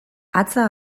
hatza